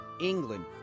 England